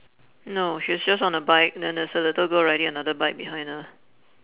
no she's just on a bike and then there's a little girl riding another bike behind her